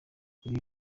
ibi